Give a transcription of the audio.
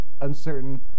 uncertain